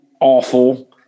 awful